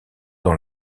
dans